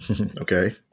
Okay